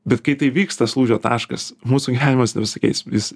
bet kai tai vyks tas lūžio taškas mūsų gyvenimas nepasikeis jis